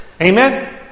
Amen